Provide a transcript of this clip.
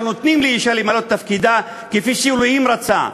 נותנים לאישה למלא את תפקידה כפי שאלוהים רצה,